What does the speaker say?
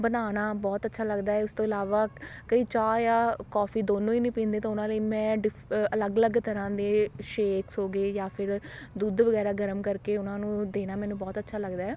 ਬਣਾਉਣਾ ਬਹੁਤ ਅੱਛਾ ਲੱਗਦਾ ਉਸ ਤੋਂ ਇਲਾਵਾ ਕਈ ਚਾਹ ਜਾਂ ਕੌਫੀ ਦੋਨੋ ਹੀ ਨਹੀਂ ਪੀਂਦੇ ਤਾਂ ਉਹਨਾਂ ਲਈ ਮੈਂ ਡਿਫ ਅ ਅਲੱਗ ਅਲੱਗ ਤਰਾਂ ਦੇ ਸ਼ੇਕਸ ਹੋ ਗਏ ਜਾਂ ਫਿਰ ਦੁੱਧ ਵਗੈਰਾ ਗਰਮ ਕਰਕੇ ਉਹਨਾਂ ਨੂੰ ਦੇਣਾ ਮੈਨੂੰ ਬਹੁਤ ਅੱਛਾ ਲੱਗਦਾ